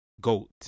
goat